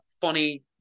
funny